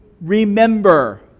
remember